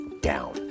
down